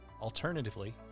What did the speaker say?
Alternatively